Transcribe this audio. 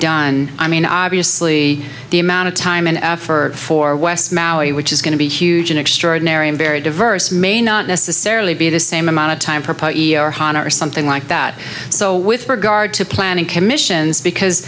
done i mean obviously the amount of time and effort for west maui which is going to be huge and extraordinary and very diverse may not necessarily be the same amount of time or something like that so with regard to planning commissions because